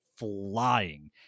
flying